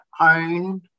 own